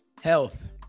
Health